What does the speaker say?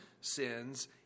sins